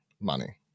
money